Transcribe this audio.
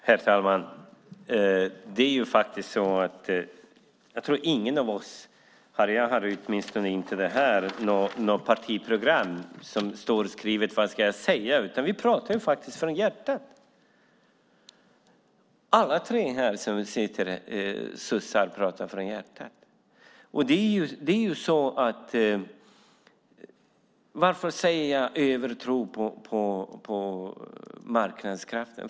Herr talman! Jag tror ingen av oss och åtminstone inte jag har något partiprogram där det står vad vi ska säga. Vi talar faktiskt alla vi tre socialdemokrater som är här från hjärtat. Varför talar jag om övertro på marknadskrafterna?